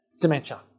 dementia